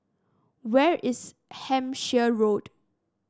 where is Hampshire Road